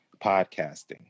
podcasting